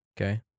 Okay